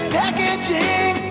packaging